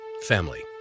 family